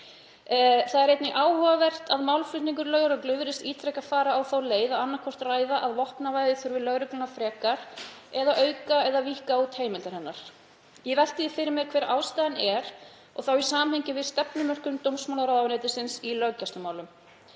Það er einnig áhugavert að málflutningur lögreglu virðist ítrekað vera að vopnavæða þurfi lögregluna frekar eða auka eða víkka út heimildir hennar. Ég velti því fyrir mér hver ástæðan er og þá í samhengi við stefnumörkun dómsmálaráðuneytisins í löggæslumálum.